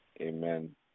Amen